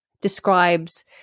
describes